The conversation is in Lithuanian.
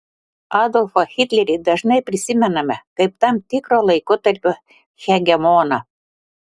adolfą hitlerį dažnai prisimename kaip tam tikro laikotarpio hegemoną